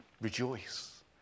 rejoice